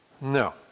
No